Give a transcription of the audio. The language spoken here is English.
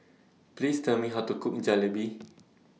Please Tell Me How to Cook Jalebi